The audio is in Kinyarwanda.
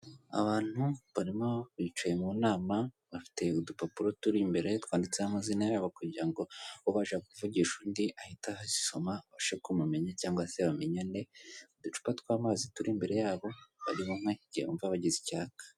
Abantu barimo bicaye mu nama bafite udupapuro turi imbere twanditseho amazina yabo kugira ngo ubasha kuvugisha undi ahita azisoma bashe kumumenya cyangwa se bamenyae uducupa tw'amazi turi imbere yabo barimo nka igihe wumva bagize icyaka.